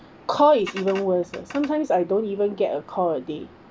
call is even worse eh sometimes I don't even get a call a day